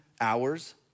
hours